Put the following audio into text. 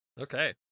Okay